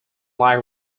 like